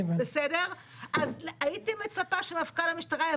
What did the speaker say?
אז הייתי מצפה שמפכ"ל המשטרה יתייחס.